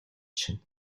чинь